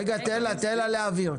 רגע, תן לה להבהיר.